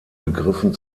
begriffen